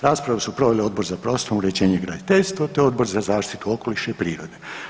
Raspravu su proveli Odbor za prostorno uređenje i graditeljstvo, te Odbor za zaštitu okoliša i prirode.